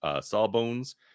Sawbones